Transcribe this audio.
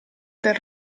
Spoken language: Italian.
del